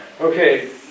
Okay